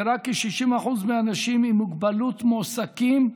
ורק כ-60% מהאנשים עם מוגבלות מועסקים,